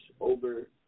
over